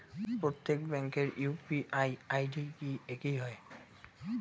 প্রত্যেক ব্যাংকের UPI ID কি একই হয়?